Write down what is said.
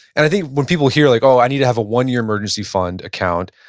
and i think when people hear like, oh, i need to have a one-year emergency fund account.